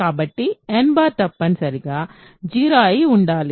కాబట్టి n తప్పనిసరిగా 0 అయి ఉండాలి